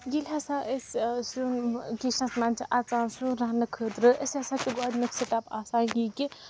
ییٚلہِ ہَسا أسۍ سیُن کِچنَس منٛز چھِ اَژان سیُن رَنٛنہٕ خٲطرٕ أسۍ ہَسا چھِ گۄڈٕنیُک سِٹَپ آسان یہِ کہِ